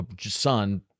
son